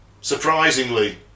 Surprisingly